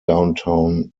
downtown